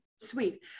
Sweet